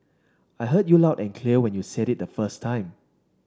I heard you loud and clear when you said it the first time